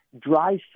dry